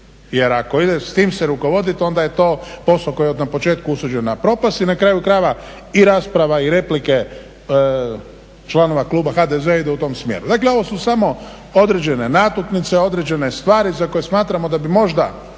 Jer ako ide s tim se rukovoditi onda je to posao koji je na početku osuđen na propast i na kraju krajeva i rasprava i replike članova kluba HDZ-a idu u tom smjeru. Dakle, ovo su samo određene natuknice, određene stvari za koje smatramo da bi možda